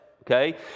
okay